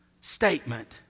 statement